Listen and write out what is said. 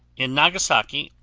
in nagasaki,